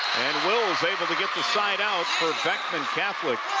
wills able to get the side out for beckman catholic,